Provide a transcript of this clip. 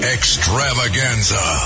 Extravaganza